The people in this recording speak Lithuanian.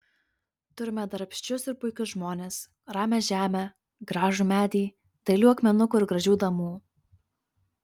turime darbščius ir puikius žmones ramią žemę gražų medį dailių akmenukų ir gražių damų